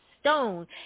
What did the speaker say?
stone